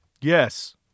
Yes